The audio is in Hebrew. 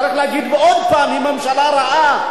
צריך להגיד עוד פעם: היא ממשלה רעה.